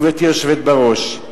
גברתי היושבת בראש,